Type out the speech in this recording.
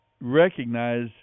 recognize